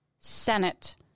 Senate